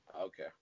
Okay